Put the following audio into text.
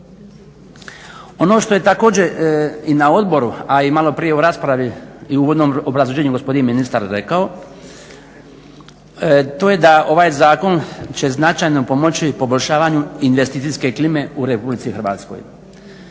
Ono što je također i na odboru, a i maloprije u raspravi i u uvodnom obrazloženju gospodin ministar rekao, to je da ovaj zakon će značajno pomoći poboljšavanju investicijske klime u RH. Mi poštujemo